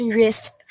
risk